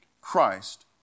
Christ